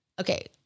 okay